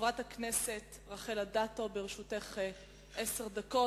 חברת הכנסת רחל אדטו, לרשותך עשר דקות.